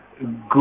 good